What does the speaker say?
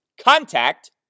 contact